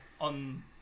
on